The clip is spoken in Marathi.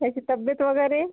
त्याची तब्येत वगैरे